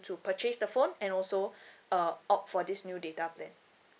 to purchase the phone and also uh opt for this new data plan